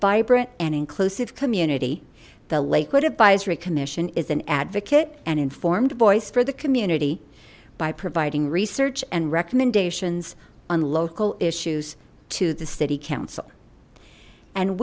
vibrant and inclusive community the lakewood advisory commission is an advocate and informed voice for the community by providing research and recommendations on local issues to the city council and